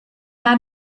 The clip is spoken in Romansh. han